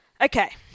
Okay